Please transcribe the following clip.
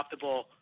adoptable